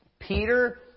Peter